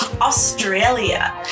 Australia